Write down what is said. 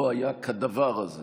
לא היה כדבר הזה